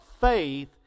faith